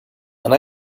and